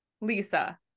lisa